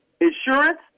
insurance